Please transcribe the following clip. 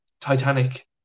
Titanic